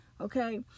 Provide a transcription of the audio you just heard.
okay